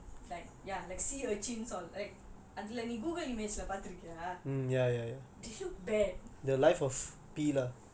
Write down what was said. it's just anything to do with underwater creatures I feel like ya like sea urchins or like uh அதை நீ:athai nee Google image பார்த்து இருக்கியா:paarthu irukiyaa